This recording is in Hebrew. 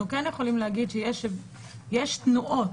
יש תנועות.